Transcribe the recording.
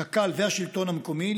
קק"ל והשלטון המקומי,